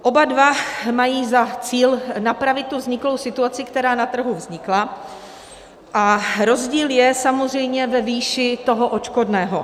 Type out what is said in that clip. Oba dva mají za cíl napravit tu vzniklou situaci, která na trhu vznikla, a rozdíl je samozřejmě ve výši toho odškodného.